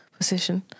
Position